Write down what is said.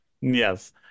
Yes